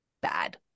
bad